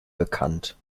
bekannt